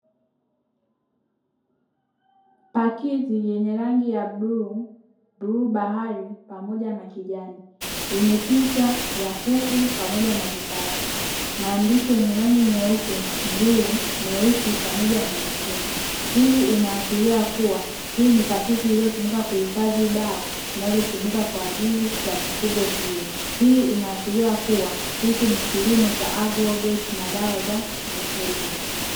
Pakiti yenye rangi ya bluu, bluu bahari pamoja na kijani yenye picha ya kuku pamoja na vifaranga maandishi yenye rangi nyeupe, bluu, meusi pamoja na mekundu. Hii inaashiria kuwa hii ni pakiti iliyotumika kuhifadhi dawa zinazotumika kwa ajili ya mifugo hiyo, hii inaashiria kuwa hichi ni kilimo cha agroveti na dawa za mifugo.